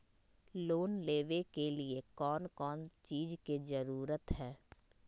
Loan लेबे के लिए कौन कौन चीज के जरूरत है?